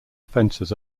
offences